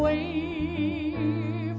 we